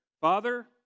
father